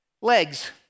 Legs